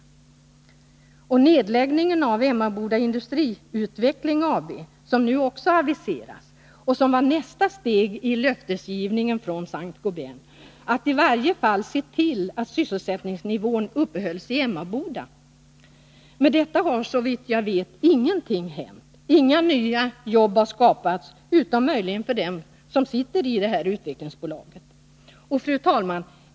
När det gäller den nu aviserade nedläggningen av Emmaboda Industriutveckling AB var nästa steg i löftesgivningen från Saint-Gobin att se till att sysselsättningsnivån upprätthölls i varje fall i Emmaboda. Med detta har såvitt jag vet ingenting blivit av. Inga nya jobb har skapats, utom möjligen för dem som sitter i utvecklingsbolaget. Fru talman!